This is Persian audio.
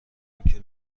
اینکه